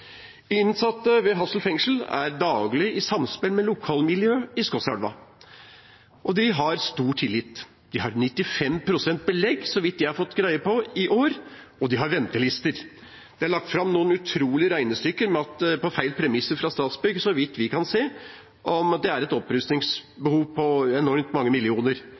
innsatte ved Hassel fengsel er daglig i samspill med lokalmiljøet i Skotselv, og de har stor tillit. Fengselet har 95 pst. belegg – så vidt jeg har fått greie på – i år og har ventelister. Det er lagt fram noen utrolige regnestykker på feil premisser fra Statsbygg – så vidt vi kan se – om at det er et opprustingsbehov på enormt mange millioner.